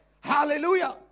Hallelujah